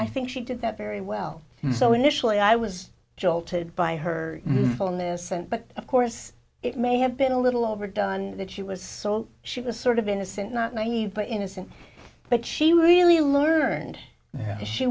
i think she did that very well so initially i was jolted by her fullness and but of course it may have been a little overdone that she was so she was sort of innocent not naive but innocent but she really learned she